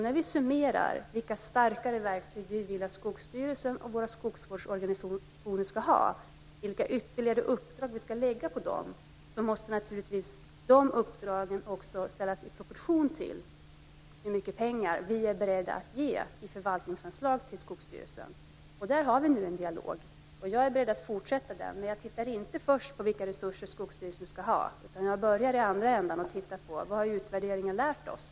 När vi summerar vilka starkare verktyg vi vill att Skogsstyrelsen och våra skogsvårdsorganisationer ska ha och vilka ytterligare uppdrag vi ska lägga på dem, måste vi naturligtvis ställa detta i proportion till hur mycket pengar vi är beredda att ge som förvaltningsanslag till Skogsstyrelsen. Där har vi nu en dialog, och jag är beredd att fortsätta den. Men jag börjar inte med att se på vilka resurser Skogsstyrelsen ska ha, utan jag börjar i andra änden och ser på vad utvärderingen har lärt oss.